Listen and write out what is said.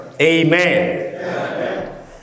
amen